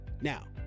Now